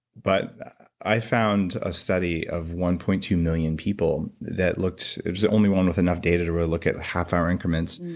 but i found a study of one point two million people that looks it was the only one with enough data to really look at half hour increments.